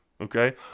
okay